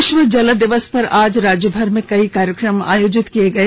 विश्व जल दिवस पर आज राज्यभर में कई कार्यक्रम आयोजित किये गये